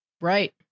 Right